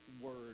word